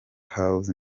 house